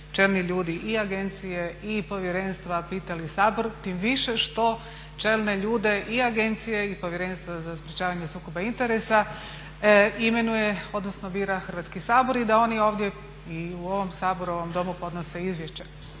čelni ljudi i agencije i povjerenstva pitali Sabor, tim više što čelne ljude i agencije i Povjerenstva za sprečavanja sukoba interesa bira Hrvatski sabor i da oni ovdje i u ovom Domu podnose izvješće.